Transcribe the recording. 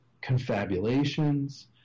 confabulations